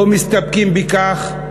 לא מסתפקים בכך.